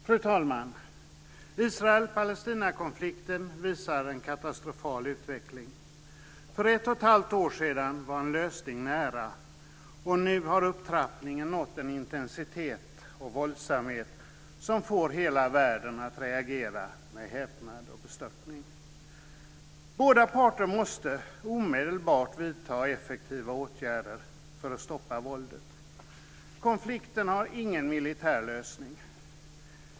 Fru talman! Israel-Palestinakonflikten visar en katastrofal utveckling. För ett och ett halvt år sedan var en lösning nära. Nu har upptrappningen nått en intensitet och våldsamhet som får hela världen att reagera med häpnad och bestörtning. Båda parter måste omedelbart vidta effektiva åtgärder för att stoppa våldet. Konflikten har ingen militär lösning.